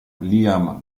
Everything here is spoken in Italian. liam